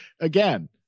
again